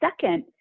second